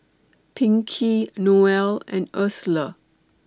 Pinkey Noelle and Ursula